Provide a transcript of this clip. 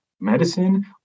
medicine